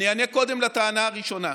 אני אענה קודם על הטענה הראשונה: